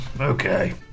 Okay